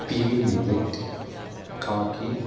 pearl millet coffee